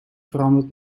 veranderd